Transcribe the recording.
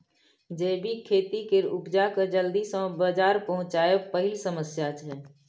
जैबिक खेती केर उपजा केँ जल्दी सँ बजार पहुँचाएब पहिल समस्या छै